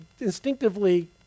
instinctively